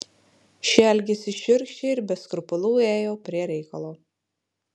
šie elgėsi šiurkščiai ir be skrupulų ėjo prie reikalo